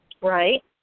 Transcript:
Right